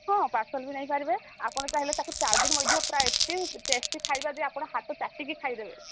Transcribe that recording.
ହଁ ପାର୍ସଲ ବି ନେଇପାରିବେ ଆପଣ ଚାହିଁଲେ ତାକୁ ଚାରିଦିନ ମଧ୍ୟ ପ୍ରାୟ ଏତେ ଟେଷ୍ଟି ଖାଇବା ଯେ ଆପଣ ହାତ ଚାଟିକି ଖାଇଦେବେ